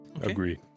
Agree